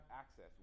access